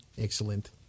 Excellent